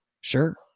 Sure